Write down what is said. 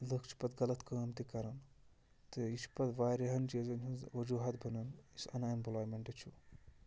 لُکھ چھِ پَتہٕ غلط کٲم تہِ کَران تہٕ یہِ چھِ پَتہٕ واریاہَن چیٖزَن ہِنٛز وَجوٗہات بَنان یُس اَن اٮ۪مپٕلایمٮ۪نٛٹ چھُ